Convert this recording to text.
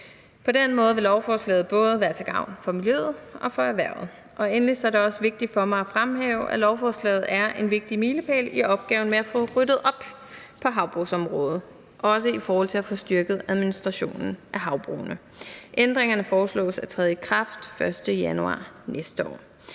På den måde vil lovforslaget både være til gavn for miljøet og for erhvervet. Endelig er det også vigtigt for mig at fremhæve, at lovforslaget er en vigtig milepæl i opgaven med at få ryddet op på havbrugsområdet og også i forhold til at få styrket administrationen af havbrugene. Ændringerne foreslås at træde i kraft den 1. januar næste år.